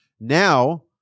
Now